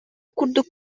курдук